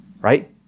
right